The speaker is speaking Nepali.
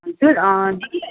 हजुर दिदी